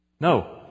No